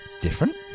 different